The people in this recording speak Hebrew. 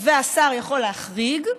והשר יכול להחריג,